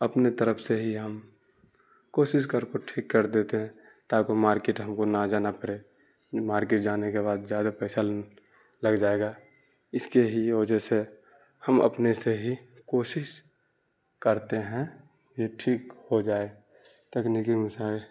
اپنے طرف سے ہی ہم کوشش کر کو ٹھیک کر دیتے ہیں تاکہ مارکٹ ہم کو نہ جانا پرے مارکٹ جانے کے بعد زیادہ پیسہ لگ جائے گا اس کے ہی وجہ سے ہم اپنے سے ہی کوشش کرتے ہیں یہ ٹھیک ہو جائے تکنیکی مسائل